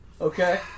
Okay